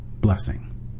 blessing